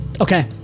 Okay